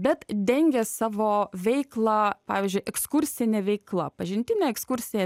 bet dengia savo veiklą pavyzdžiui ekskursine veikla pažintinė ekskursija